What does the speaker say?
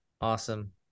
Awesome